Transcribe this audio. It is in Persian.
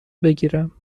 بگیرم